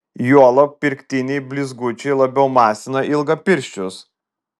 juolab pirktiniai blizgučiai labiau masina ilgapirščius